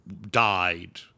died